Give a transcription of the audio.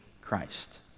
Christ